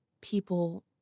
people